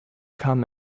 kam